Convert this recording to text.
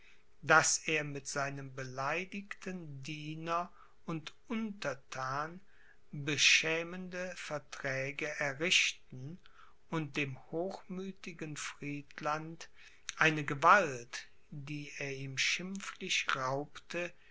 daß er mit seinem beleidigten diener und unterthan beschämende verträge errichten und dem hochmüthigen friedland eine gewalt die er ihm schimpflich raubte